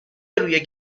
روی